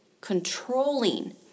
controlling